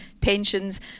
pensions